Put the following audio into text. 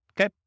okay